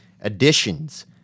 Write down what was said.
Additions